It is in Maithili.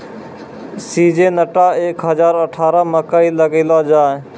सिजेनटा एक हजार अठारह मकई लगैलो जाय?